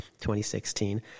2016